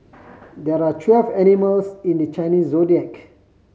there are twelve animals in the Chinese Zodiac